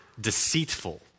deceitful